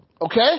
Okay